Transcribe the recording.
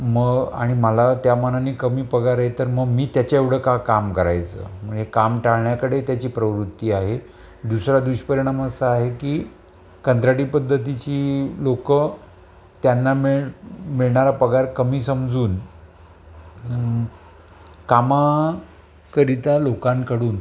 म आणि मला त्या मानाने कमी पगार आहे तर मग मी त्याच्या एवढं का काम करायचं म्हणजे काम टाळण्याकडे त्याची प्रवृत्ती आहे दुसरा दुष्परिणाम असा आहे की कंत्राटी पद्धतीची लोकं त्यांना मिळ मिळणारा पगार कमी समजून कामाकरिता लोकांकडून